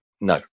No